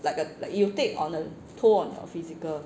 like a like it will take on a toll on physical